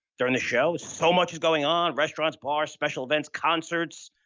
during the show, so much is going on, restaurants, bars, special events, concerts,